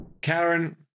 Karen